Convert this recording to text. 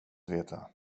veta